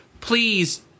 Please